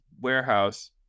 warehouse